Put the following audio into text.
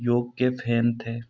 योग के फैन थे